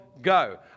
go